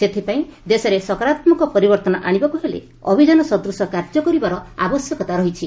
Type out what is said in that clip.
ସେଥିପାଇଁ ଦେଶରେ ସକାରାତ୍ମକ ପରିବର୍ତ୍ତନ ଆଶିବାକୁ ହେଲେ ଅଭିଯାନ ସଦୂଶ କାର୍ଯ୍ୟ କରିବାର ଆବଶ୍ୟକତା ରହିଛି